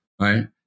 Right